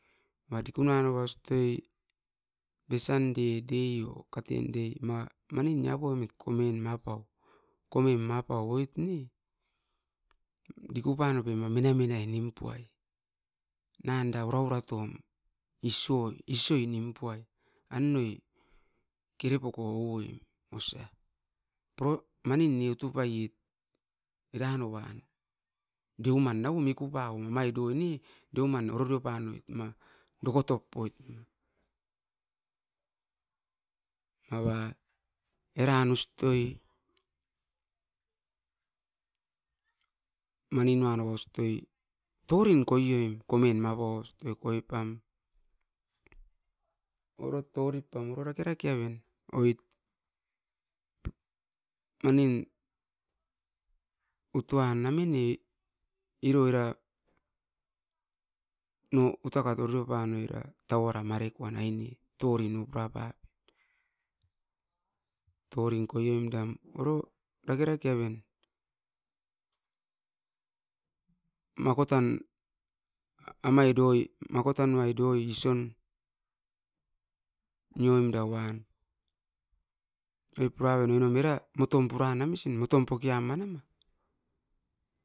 Ma diku nanoa ustoi besanday o katen day manin nia poimit, komim oit ne duku pano pep oin mena menai nimpuai. Nan era ura uratom isoi num puai annoi kere poko ou oim osa. Manin ne utu paiet. Deuman nau o miku pauom oro rio panoit ma dokotop poit mava eran ustoi mani anoa listoi torin koi oim. Mava ustoi koipam oro dake rake aven oit manin utuan na mine iro era no utakat oro rio panoi tauara mare koan aine. Torin koioim dam oro dake dake aven, makotan nuai doi sion nioim davan oinom misin moton puran na misin, moton pokean.